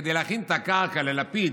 כדי להכין את הקרקע ללפיד.